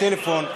(תיקון מס' 63),